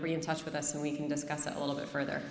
be in touch with us and we can discuss it a little bit further